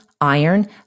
iron